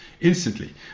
instantly